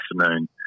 afternoon